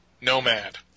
Nomad